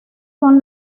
son